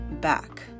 back